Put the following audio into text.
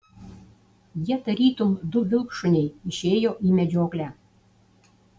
jie tarytum du vilkšuniai išėjo į medžioklę